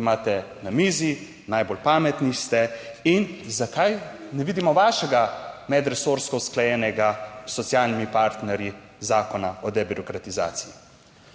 imate na mizi, najbolj pametni ste. In zakaj ne vidimo vašega medresorsko usklajenega s socialnimi partnerji zakona o debirokratizaciji?